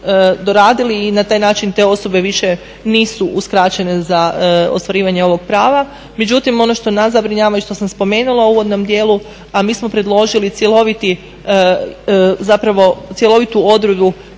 i na taj način te osobe više nisu uskraćene za ostvarivanje ovog prava, međutim ono što nas zabrinjava i što sam spomenula u uvodnom dijelu, a mi smo predložili cjeloviti,